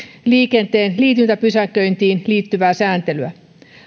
liikenteen liityntäpysäköintiin liittyvää sääntelyä